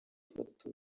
ufata